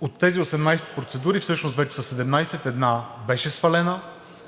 От тези 18 процедури, всъщност вече са 17 – една беше свалена;